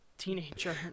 Teenager